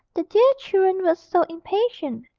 the dear children were so impatient,